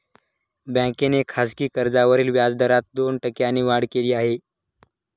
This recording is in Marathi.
बँकेने खासगी कर्जावरील व्याजदरात दोन टक्क्यांनी वाढ केली आहे